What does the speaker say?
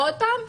עוד פעם,